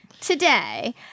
today